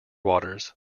waters